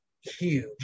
huge